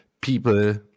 people